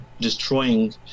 destroying